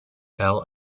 bell